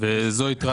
וזו היתרה.